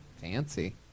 Fancy